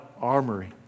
Armory